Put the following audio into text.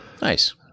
Nice